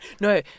No